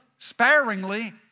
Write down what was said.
Sparingly